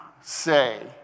say